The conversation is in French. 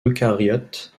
eucaryotes